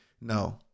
No